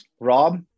Rob